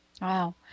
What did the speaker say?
Wow